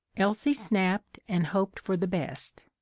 elsie snapped and hoped for the best.